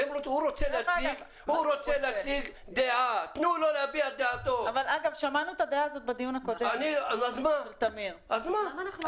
אבל להציג מתווה שלא רלוונטי לדיון זה נראה על